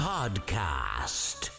Podcast